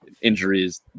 injuries